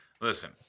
listen